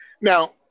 Now